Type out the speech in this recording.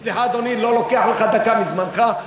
סליחה, אדוני, לא לוקח לך דקה מזמנך.